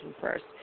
first